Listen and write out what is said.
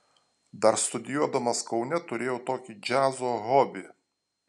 dar studijuodamas kaune turėjau tokį džiazo hobį